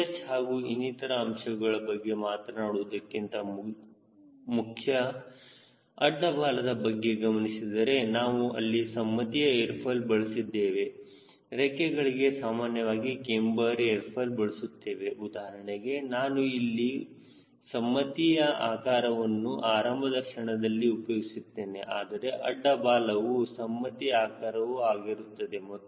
ಈಗ VH ಹಾಗೂ ಇನ್ನಿತರ ಅಂಶಗಳ ಬಗ್ಗೆ ಮಾತನಾಡುವುದಕ್ಕಿಂತ ಮುಖ್ಯ ಅಡ್ಡ ಬಾಲದ ಬಗ್ಗೆ ಗಮನಿಸಿದರೆ ನಾವು ಅಲ್ಲಿ ಸಮ್ಮತಿಯ ಏರ್ ಫಾಯ್ಲ್ ಬಳಸಿದ್ದೇವೆ ರೆಕ್ಕೆಗಳಿಗೆ ಸಾಮಾನ್ಯವಾಗಿ ಕ್ಯಾಮ್ಬರ್ ಏರ್ ಫಾಯ್ಲ್ ಬಳಸುತ್ತೇವೆ ಉದಾಹರಣೆಗೆ ನಾನು ಇಲ್ಲಿ ಸಮ್ಮತಿ ಆಕಾರವನ್ನು ಆರಂಭದ ಕ್ಷಣದಲ್ಲಿ ಉಪಯೋಗಿಸುತ್ತೇನೆ ಆದರೆ ಅಡ್ಡ ಬಾಲವು ಸಮ್ಮತಿ ಆಕಾರ ಆಗಿರುತ್ತದೆ